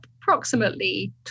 approximately